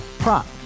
Prop